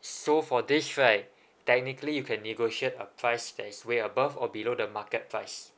so for this right technically you can negotiate applies that is way above or below the market price